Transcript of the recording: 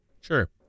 Sure